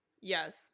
yes